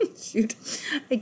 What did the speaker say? Shoot